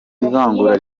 ivangura